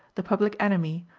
the public enemy,